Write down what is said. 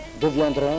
deviendront